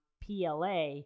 PLA